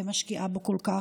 משקיעה בו כל כך?